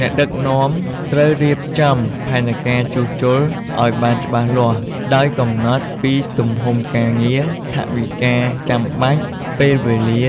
អ្នកដឹកនាំត្រូវរៀបចំផែនការជួសជុលឱ្យបានច្បាស់លាស់ ដោយកំណត់ពីទំហំការងារ ថវិកាចាំបាច់ ពេលវេលា